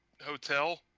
hotel